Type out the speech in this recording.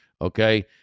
okay